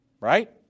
right